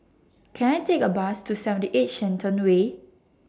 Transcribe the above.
Can I Take A Bus to seventy eight Shenton Way